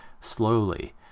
slowly